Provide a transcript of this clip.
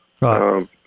Right